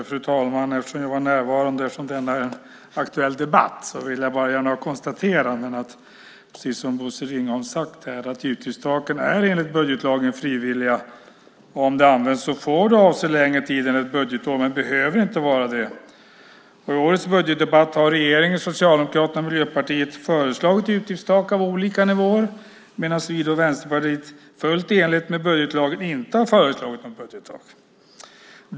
Fru talman! Eftersom jag var närvarande och detta är en aktuell debatt vill jag gärna konstatera, precis som Bosse Ringholm sagt, att utgiftstaken enligt budgetlagen är frivilliga, och om de används får de avse längre tid än ett budgetår men behöver inte göra det. I årets budgetdebatt har regeringen, Socialdemokraterna och Miljöpartiet föreslagit utgiftstak på olika nivåer medan vi i Vänsterpartiet, fullt i enlighet med budgetlagen, inte har föreslagit något budgettak.